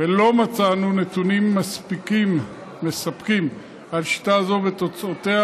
ולא מצאנו נתונים מספקים על שיטה זו ועל תוצאותיה,